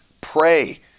pray